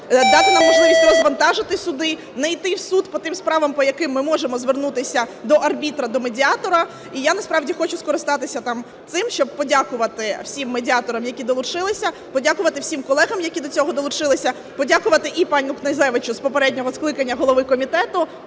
дати нам можливість розвантажити суди, не йти в суд по тим справам, по яким ми можемо звернутися до арбітра, до медіатора. І я насправді хочу скористатися там цим, щоб подякувати всім медіаторам, які долучилися, подякувати всім колегам, які до цього долучилися, подякувати і пану Князевичу з попереднього скликання голови комітету,